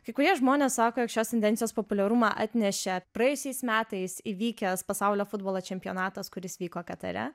kai kurie žmonės sako jog šios tendencijos populiarumą atnešė praėjusiais metais įvykęs pasaulio futbolo čempionatas kuris vyko katare